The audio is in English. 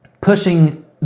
pushing